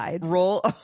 roll